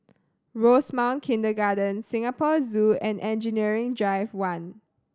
Rosemount Kindergarten Singapore Zoo and Engineering Drive One